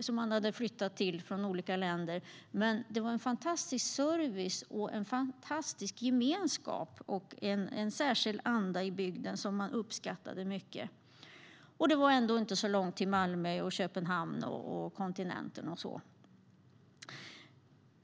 som de hade flyttat till från olika länder men att det fanns fantastisk service, en fantastisk gemenskap och en särskild anda i bygden som de uppskattade mycket - och det var inte så långt till Malmö, Köpenhamn och kontinenten.